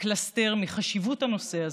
פלסתר מחשיבות הנושא הזה,